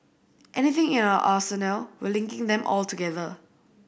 anything in our arsenal we're linking them all together